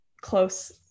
close